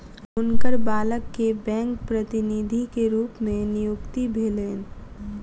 हुनकर बालक के बैंक प्रतिनिधि के रूप में नियुक्ति भेलैन